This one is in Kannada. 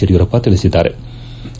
ಯಡಿಯೂರಪ್ಪ ತಿಳಿಸಿದ್ಗಾರೆ